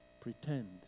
pretend